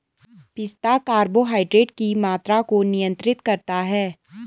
पिस्ता कार्बोहाइड्रेट की मात्रा को नियंत्रित करता है